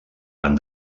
van